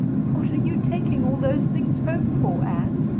what are you taking all those things home for, anne?